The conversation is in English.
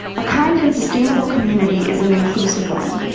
a kind and sustainable community is an inclusive one.